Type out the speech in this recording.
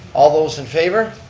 all those in favor,